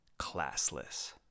classless